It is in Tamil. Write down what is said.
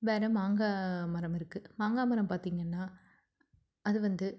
வேற மாங்காய் மரம் இருக்குது மாங்காய் மரம் பார்த்தீங்கன்னா அது வந்து